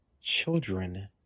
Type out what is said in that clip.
children